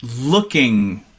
looking